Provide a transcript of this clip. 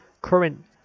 Current